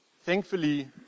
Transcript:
thankfully